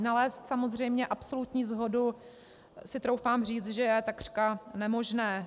Nalézt samozřejmě absolutní shodu si troufám říct, že je takřka nemožné.